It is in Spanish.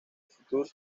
future